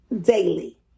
daily